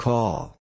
Call